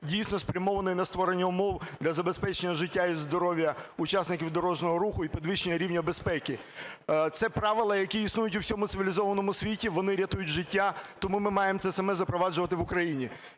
дійсно, спрямований на створення умов для забезпечення життя і здоров'я учасників дорожнього руху і підвищення рівня безпеки. Це правила, які існують у всьому цивілізованому світі. Вони рятують життя. Тому ми маємо це саме запроваджувати в Україні.